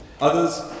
Others